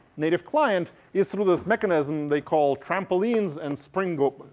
native client is through this mechanism they call trampolines and springboards.